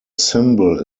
symbol